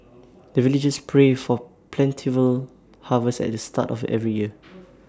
the villagers pray for plentiful harvest at the start of every year